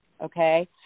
okay